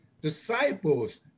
disciples